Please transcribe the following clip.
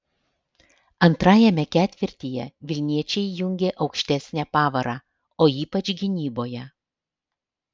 antrajame ketvirtyje vilniečiai įjungė aukštesnę pavarą o ypač gynyboje